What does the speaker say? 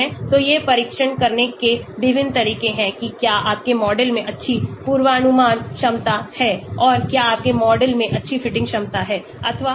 तो ये परीक्षण करने के विभिन्न तरीके हैं कि क्या आपके मॉडल में अच्छी पूर्वानुमान क्षमता है और क्या आपके मॉडल में अच्छी फिटिंग क्षमता हैअथवा नहीं